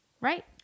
Right